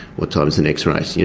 what time is the next race?